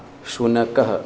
शुनकः